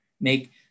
make